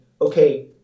Okay